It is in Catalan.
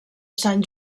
sant